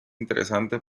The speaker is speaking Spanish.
interesante